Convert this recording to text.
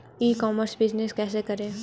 ई commerce business कैसे करें?